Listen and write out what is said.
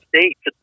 States